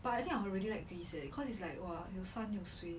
but I think I would really like greece leh cause it's like !wah! 有山有水